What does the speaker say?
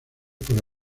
para